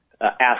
ask